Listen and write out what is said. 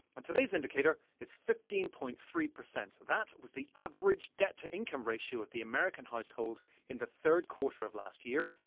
and today's indicator is fifteen point three percent. that was the average debt-to-income ratio of the american household in the third quarter of last year,